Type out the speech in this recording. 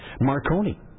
Marconi